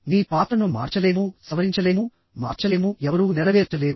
మీ పాత్రను మార్చలేము సవరించలేము మార్చలేము ఎవరూ నెరవేర్చలేరు